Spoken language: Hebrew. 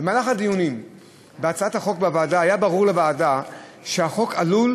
במהלך הדיונים בהצעת החוק בוועדה היה ברור לוועדה שהחוק עלול